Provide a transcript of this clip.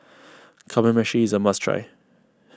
Kamameshi is a must try